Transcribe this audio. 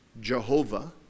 jehovah